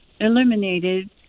eliminated